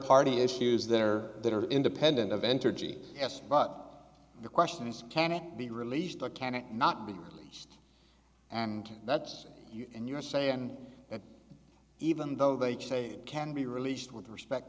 party issues there that are independent of entergy yes but the question is can it be released or can it not be released and that's and you're saying that even though they say it can be released with respect